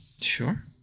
sure